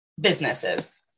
businesses